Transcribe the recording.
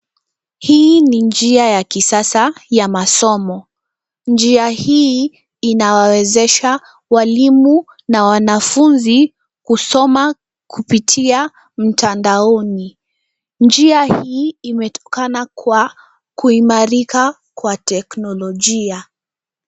Hii ni njia ya kisasa ya masomo. Njia hii inawawezesha walimu na wanafunzi kusoma kupitia mtandaoni. Njia hii imetokana kwa kuimarika kwa teknolojia.